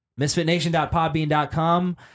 misfitnation.podbean.com